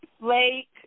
Lake